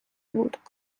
بود